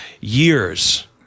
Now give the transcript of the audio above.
years